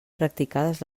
practicades